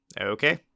Okay